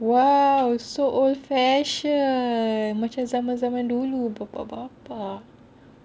!wow! so old fashion macam zaman-zaman dulu bapa bapa